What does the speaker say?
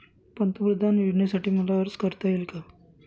पंतप्रधान योजनेसाठी मला अर्ज करता येईल का?